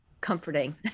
comforting